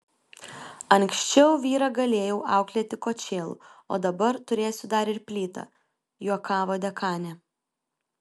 anksčiau vyrą galėjau auklėti kočėlu o dabar turėsiu dar ir plytą juokavo dekanė